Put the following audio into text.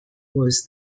was